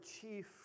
chief